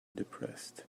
depressed